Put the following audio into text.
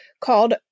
called